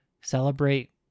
celebrate